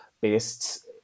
based